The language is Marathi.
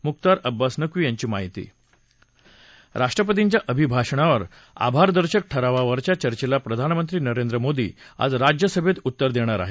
मुख्तार अब्बास नक्वी यांची माहिती राष्ट्रपतींच्या अभिभाषणावर आभारदर्शक ठरावावरच्या चर्चेला प्रधानमंत्री नरेंद्र मोदी आज राज्यसभेत उत्तर देणार आहेत